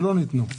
שלא ניתנו.